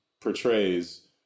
portrays